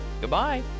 goodbye